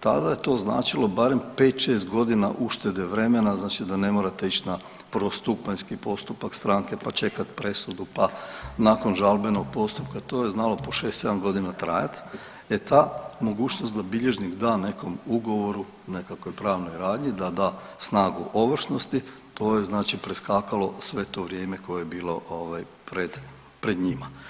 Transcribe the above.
tada je to značilo barem 5-6.g. uštede vremena znači da ne morate ić na prvostupanjski postupak stranke, pa čekat presudu, pa nakon žalbenog postupka to je znalo po 6-7.g. trajat, e ta mogućnost da bilježnik da nekom ugovoru, nekakvoj pravnoj radnji da da snagu ovršnosti, to je znači preskakalo sve to vrijeme koje je bilo pred, pred njima.